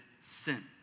sin